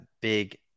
big